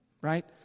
right